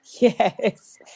Yes